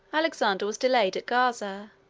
alexander was delayed at gaza,